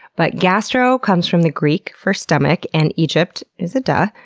but gastro comes from the greek for stomach, and egypt is a duh.